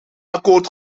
akkoord